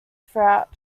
throughout